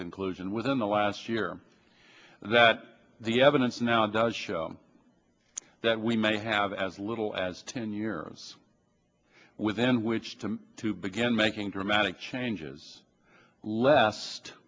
conclusion within the last year that the evidence now does show that we may have as little as ten years within which to to begin making dramatic changes lest